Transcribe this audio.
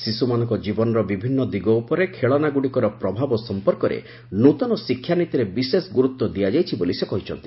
ଶିଶୁମାନଙ୍କ ଜୀବନର ବିଭିନ୍ନ ଦିଗ ଉପରେ ଖେଳନା ଗୁଡ଼ିକର ପ୍ରଭାବ ସମ୍ପର୍କରେ ନୃତନ ଶିକ୍ଷାନୀତିରେ ବିଶେଷ ଗୁରୁତ୍ୱ ଦିଆଯାଇଛି ବୋଲି ସେ କହିଛନ୍ତି